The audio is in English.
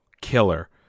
killer